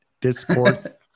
Discord